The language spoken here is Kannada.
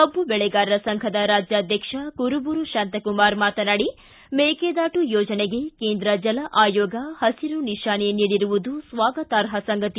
ಕಬ್ಬು ಬೆಳೆಗಾರರ ಸಂಘದ ರಾಜ್ವಾಧ್ಯಕ್ಷ ಕುರುಬೂರು ಶಾಂತಕುಮಾರ್ ಮೇಕೆದಾಟು ಯೋಜನೆಗೆ ಕೇಂದ್ರ ಜಲ ಆಯೋಗ ಹಸಿರು ನಿಶಾನೆ ನೀಡಿರುವುದು ಸ್ವಾಗತಾರ್ಪ ಸಂಗತಿ